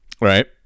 Right